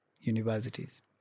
universities